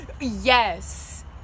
Yes